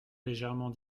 légèrement